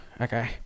Okay